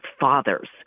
fathers